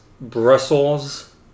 Brussels